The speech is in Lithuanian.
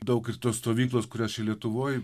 daug ir tos stovyklos kurios čia lietuvoje